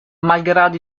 malgrado